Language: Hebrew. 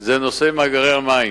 היא נושא מאגרי המים.